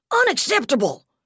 Unacceptable